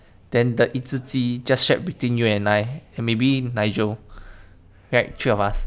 then the 一只鸡 just shared between you and I and maybe nigel right three of us